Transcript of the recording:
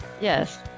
Yes